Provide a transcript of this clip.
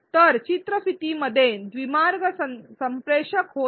तर चित्रफितीमध्येही द्विमार्ग संप्रेषण होत आहे